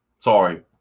Sorry